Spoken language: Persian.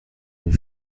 این